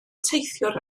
teithiwr